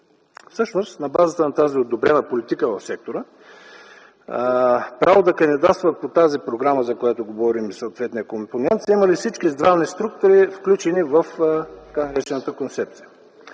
Всъщност на базата на тази одобрена политика в сектора право да кандидатстват по тази програма, за която говорим и съответния компонент, са имали всички здравни структури, включени в така наречената концепция.